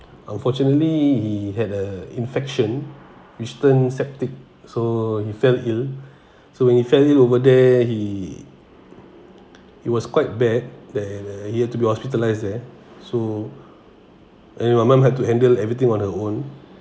unfortunately he had a infection weston septic so he fell ill so when he fell ill over there he it was quite bad they they he had to be hospitalized there so and my mum had to handle everything on her own